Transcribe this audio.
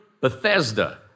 Bethesda